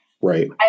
Right